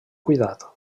cuidat